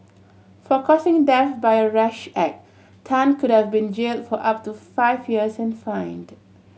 for causing death by a rash act Tan could have been jail for up to five years and fined